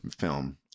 film